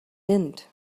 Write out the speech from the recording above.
wind